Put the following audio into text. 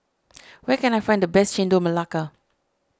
where can I find the best Chendol Melaka